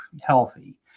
healthy